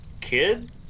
kid